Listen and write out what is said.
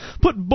put